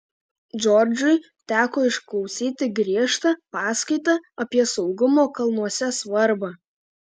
džordžui teko išklausyti griežtą paskaitą apie saugumo kalnuose svarbą